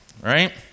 right